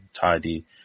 Tidy